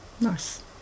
nice